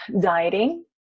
dieting